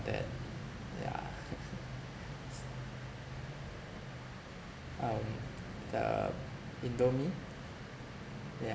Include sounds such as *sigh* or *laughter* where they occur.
that yeah *laughs* um the indomie yeah